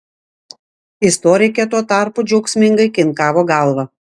istorikė tuo tarpu džiaugsmingai kinkavo galva